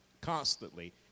constantly